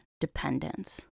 dependence